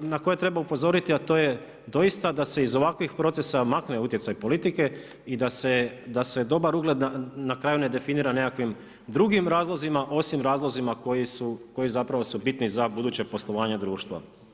na koje treba upozoriti, a to je doista da se iz ovakvih procesa makne utjecaj politike i da se dobar ugled na kraju ne definira nekakvim drugim razlozima osim razlozima koji su bitni za buduće poslovanje društva.